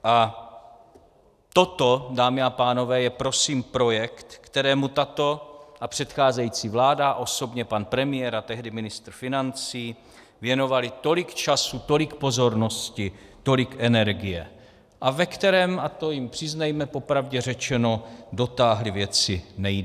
A toto, dámy a pánové, je prosím projekt, kterému tato a předcházející vláda osobně pan premiér a tehdy ministr financí věnovali tolik času, tolik pozornosti, tolik energie, a ve kterém, a to jim přiznejme, po pravdě řečeno, dotáhli věci nejdál.